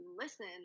listen